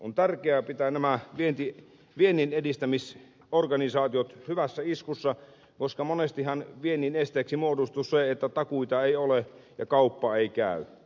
on tärkeää pitää nämä vienninedistämisorganisaatiot hyvässä iskussa koska monestihan viennin esteeksi muodostuu se että takuita ei ole ja kauppa ei käy